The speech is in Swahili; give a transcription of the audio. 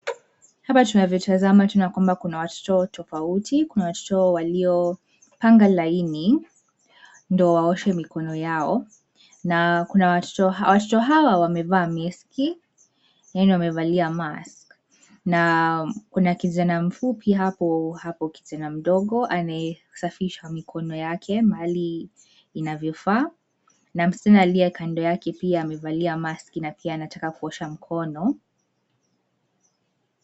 Hapa tunavyotazama tuna kwamba watoto tofauti, kuna watoto walio, panga laini, ndio waoshe mikono yao, na kuna watoto, watoto hawa wamevaa meski, yaani wamevalia mask , na kuna kijana mfupi hapo hapo kijana mdogo anaye, safisha mikono yake mahali, inavyofaa, na msichana aliye kando yake pia amevalia maski na pia anataka kuosha mkono.